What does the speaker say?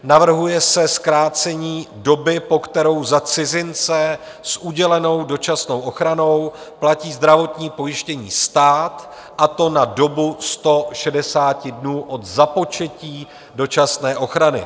Navrhuje se zkrácení doby, po kterou za cizince s udělenou dočasnou ochranou platí zdravotní pojištění stát, a to na dobu 160 dnů od započetí dočasné ochrany.